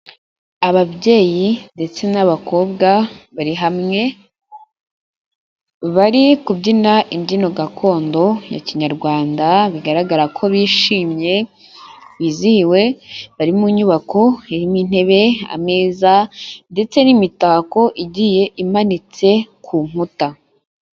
Ababyeyi ndetse n'abakobwa bari hamwe, bari kubyina imbyino gakondo ya kinyarwanda, bigaragara ko bishimye, bizihiwe, bari mu nyubako irimo intebe, ameza, ndetse n'imitako igiye imanitse ku nkuta.